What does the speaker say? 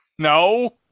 No